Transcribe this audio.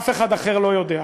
אף אחד לא יודע.